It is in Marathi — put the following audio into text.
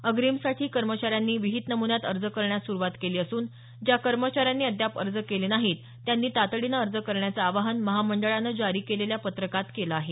अग्रीमसाठी कर्मचाऱ्यांनी विहित नमुन्यात अर्ज करण्यास सुरुवात केली असून ज्या कर्मचाऱ्यांनी अद्याप अर्ज केले नाही त्यांनी तातडीनं अर्ज करण्याचं आवाहन महामंडळानं जारी केलेल्या पत्रकात केलं आहे